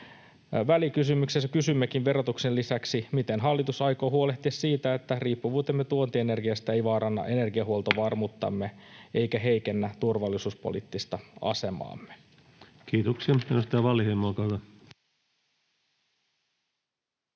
Välikysymyksessä kysymmekin verotuksen lisäksi, miten hallitus aikoo huolehtia siitä, että riippuvuutemme tuontienergiasta ei vaaranna energiahuoltovarmuuttamme eikä heikennä turvallisuuspoliittista asemaamme. [Speech 118] Speaker: